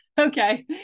okay